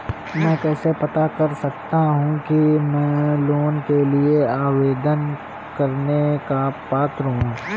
मैं कैसे पता कर सकता हूँ कि मैं लोन के लिए आवेदन करने का पात्र हूँ?